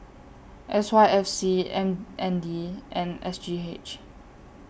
S Y F C M N D and S G H